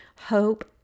hope